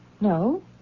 No